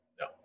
No